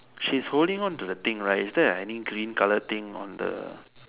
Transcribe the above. she's holding on to the thing right is there like any green color thing on the